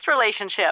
relationship